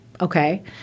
Okay